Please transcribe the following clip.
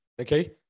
okay